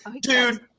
dude